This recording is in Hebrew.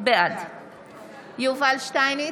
בעד יובל שטייניץ,